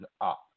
up